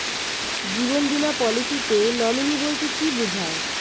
জীবন বীমা পলিসিতে নমিনি বলতে কি বুঝায়?